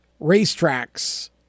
racetracks